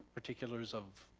particulars of?